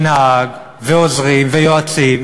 נהג ועוזרים ויועצים,